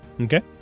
Okay